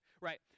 right